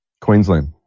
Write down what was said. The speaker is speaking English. Queensland